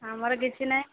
ଆମର କିଛି ନାହିଁ